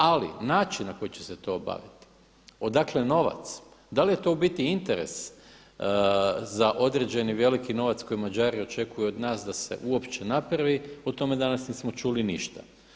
Ali način na koji će se to obaviti, odakle novac, da li je to u biti interes za određeni veliki novac koji Mađari očekuju od nas da se uopće napravi, o tome danas nismo čuli ništa.